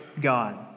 God